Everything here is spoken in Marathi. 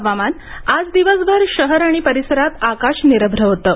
हवामान आज दिवसभर शहर आणि परिसरात आकाश निरभ्र होतं